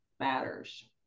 Matters